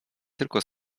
tylko